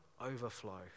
overflow